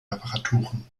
reparaturen